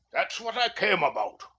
that's what i came about.